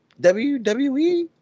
WWE